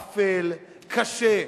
אפל, קשה.